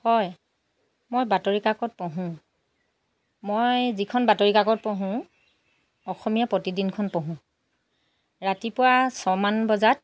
হয় মই বাতৰি কাকত পঢ়োঁ মই যিখন বাতৰি কাকত পঢ়োঁ অসমীয়া প্ৰতিদিনখন পঢ়োঁ ৰাতিপুৱা ছয় মান বজাত